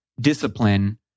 discipline